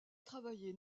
travaillé